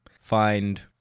find